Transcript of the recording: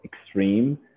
extreme